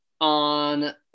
on